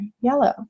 yellow